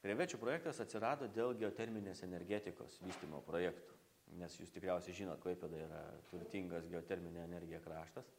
krevečių projektas atsirado dėl geoterminės energetikos vystymo projektų nes jūs tikriausiai žinot klaipėda yra turtingas geotermine energija kraštas